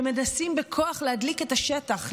שמנסים בכוח להדליק את השטח,